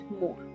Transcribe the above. more